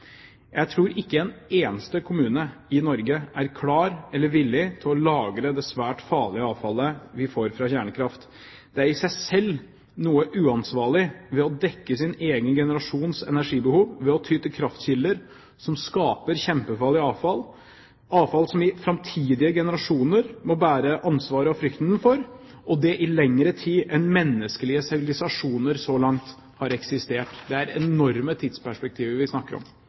Jeg tror ikke en eneste kommune i Norge er klar eller villig til å lagre det svært farlige avfallet vi får fra kjernekraft. Det er i seg selv noe uansvarlig ved å dekke sin egen generasjons energibehov ved å ty til kraftkilder som skaper kjempefarlig avfall, avfall som framtidige generasjoner må bære ansvaret og frykten for, og det i lengre tid enn menneskelige sivilisasjoner så langt har eksistert. Det er enorme tidsperspektiver vi snakker om.